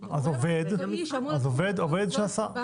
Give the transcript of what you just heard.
אז עובד שהשר.